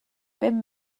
bum